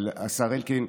אבל השר אלקין,